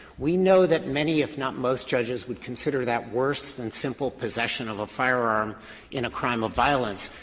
we know that many, if not most, judges would consider that worse than simple possession of a firearm in a crime of violence,